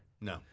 No